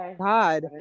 God